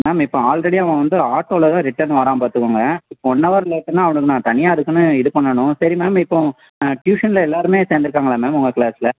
ma'am இப்போ already அவன் வந்து ஆட்டோவிலதான் ரிட்டர்ன் வரான் பார்த்துக்கோங்க இப்போது ஒன் அவர் லேட்டுன்னா அவனுக்கு நான் தனியாக அதுக்குன்னு இது பண்ணணும் சரி மேம் இப்போது ஆ டியூசனில் எல்லோருமே சேர்ந்திருகாங்களா மேம் உங்க கிளாஸில்